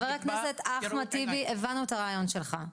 חבר הכנסת אחמד טיבי הבנו את הרעיון שלך.